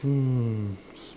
um